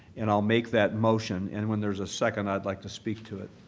and i'll make that motion. and when there's a second, i'd like to speak to it.